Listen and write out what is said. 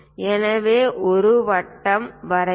எனவே ஒரு வட்டம் வரையவும்